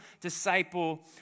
disciple